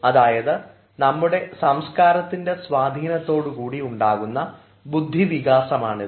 അതായത് നമ്മുടെ സംസ്കാരത്തിൻറെ സ്വാധീനതോടുകൂടി ഉണ്ടാകുന്ന ബുദ്ധിവികാസമാണിത്